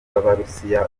b’abarusiya